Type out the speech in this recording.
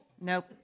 Nope